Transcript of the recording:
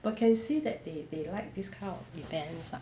but can see that they they like this kind of events lah